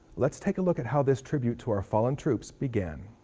let's take a look at how this tribute to our fallen troops began.